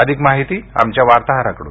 अधिक माहिती आमच्या वार्ताहराकडून